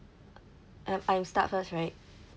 um I'm start first right